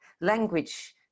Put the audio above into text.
language